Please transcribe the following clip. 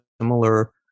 similar